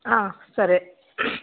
సరే